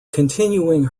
continuing